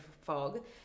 fog